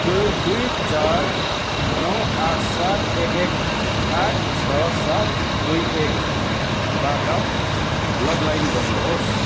दु दुई चार नौ आठ सात एक एक आठ छ सात दुई एकबाट लगइन गर्नुहोस्